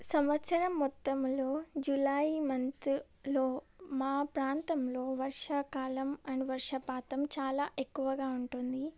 సంవత్సరం మొత్తంలో జులై మంత్లో మా ప్రాంతంలో వర్షాకాలం అండ్ వర్షపాతం చాలా ఎక్కువగా ఉంటుంది